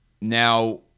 Now